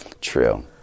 True